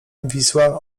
wisła